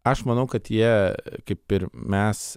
aš manau kad jie kaip ir mes